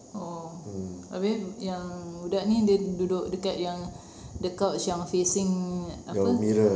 oh habis yang budak ini dia duduk dekat yang the couch yang facing apa